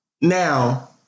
Now